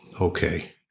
Okay